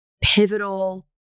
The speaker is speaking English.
pivotal